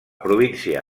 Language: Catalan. província